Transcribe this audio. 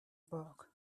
book